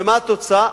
ומה התוצאה?